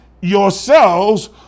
yourselves